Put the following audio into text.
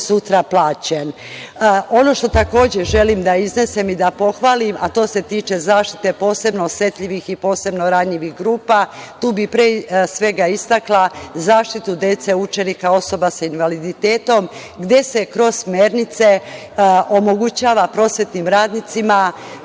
sutra plaćen. Ono što takođe želim da iznesem i da pohvalim, a to se tiče zaštite posebno osetljivih i posebno ranjivih grupa, tu bih istakla zaštitu dece učenika osoba sa invaliditetom, gde se kroz smernice omogućava prosvetnim radnicima,